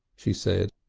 she said.